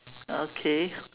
okay